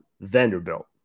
Vanderbilt